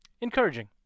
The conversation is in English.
encouraging